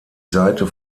seite